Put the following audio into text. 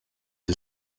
the